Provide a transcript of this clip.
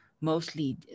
mostly